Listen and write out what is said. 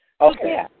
Okay